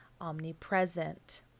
omnipresent